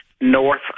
north